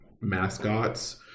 mascots